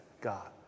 God